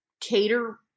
cater